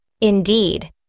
Indeed